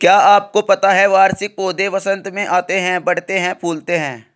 क्या आपको पता है वार्षिक पौधे वसंत में आते हैं, बढ़ते हैं, फूलते हैं?